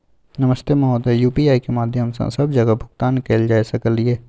नमस्ते महोदय, यु.पी.आई के माध्यम सं सब जगह भुगतान कैल जाए सकल ये?